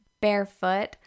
barefoot